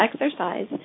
exercise